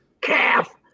calf